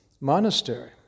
monastery